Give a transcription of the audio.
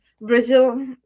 Brazil